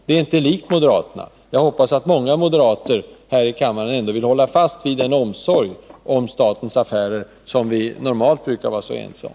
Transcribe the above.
Det är inte likt moderaterna, och jag hoppas att många moderater här i kammaren trots allt vill hålla fast vid omsorgen om statens affärer, som vi normalt brukar vara så ense om.